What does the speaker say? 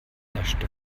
naschte